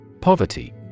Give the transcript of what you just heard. Poverty